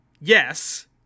Yes